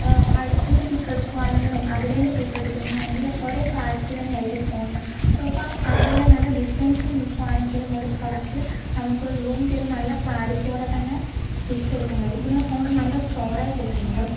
അടുത്തുന്ന് pick എടുക്കുവാണെങ്കിലും അകലേന്ന് pick എടുക്കുന്നയാണെങ്കിലും ഒരേ ക്ലാരിറ്റി തന്നെയായിരിക്കും ഫോണിന് സോ അപ്പം അകലെ നല്ല ഡിസ്റ്റൻസിൽ നിക്കുവാണെങ്കിലും ഒരുപ്രൊഡക്റ്റ് നമുക്ക് സൂം ചെയ്ത് നല്ല ക്ലാരിറ്റിയോടെ തന്നെ പിക്കെടുക്കാൻ കഴിയും പിന്നെ ആ ഫോണിന് നല്ല സ്റ്റോറേജ് ഒക്കെയുണ്ട്